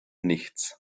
nichts